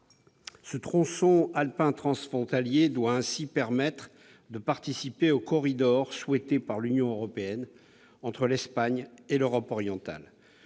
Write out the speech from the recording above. Le tronçon alpin transfrontalier participera à la mise en place du corridor souhaité par l'Union européenne entre l'Espagne et l'Europe orientale.